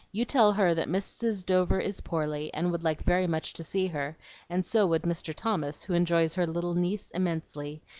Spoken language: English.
you tell her that mrs. dover is poorly, and would like very much to see her and so would mr. thomas, who enjoys her little niece immensely.